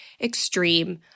extreme